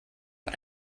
but